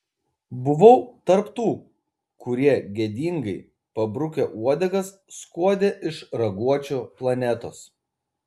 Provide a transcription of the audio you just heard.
buvau tarp tų kurie gėdingai pabrukę uodegas skuodė iš raguočių planetos